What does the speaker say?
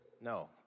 No